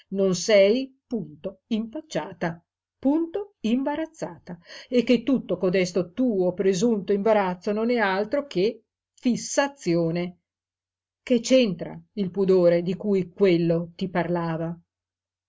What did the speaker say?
non sei punto impacciata punto imbarazzata e che tutto codesto tuo presunto imbarazzo non è altro che fissazione che c'entra il pudore di cui quello ti parlava